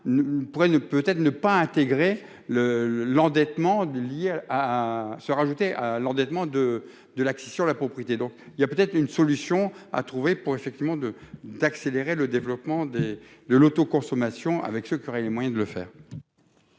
pourrait ne peut être ne pas intégrer le l'endettement des à se rajouter à l'endettement de de l'accession à la propriété, donc il y a peut-être une solution à trouver pour effectivement de d'accélérer le développement des de l'autoconsommation avec ce qui aurait les moyens de le faire.